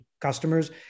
customers